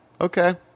okay